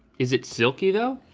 is it silkie though?